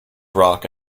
rock